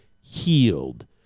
healed